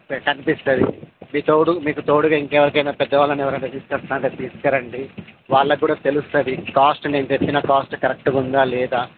కనిపిస్తుంది మీతోడు మీకు తోడుగా ఇంకా ఎవరికైనా పెద్దవాళ్ళని ఎవరినైనా తీసుకొస్తానంటే తీసుకరాండి వాళ్ళకి కూడా తెలుస్తుంది కాస్ట్ నేను చెప్పిన కాస్ట్ కరక్ట్గా ఉందా లేదా